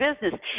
business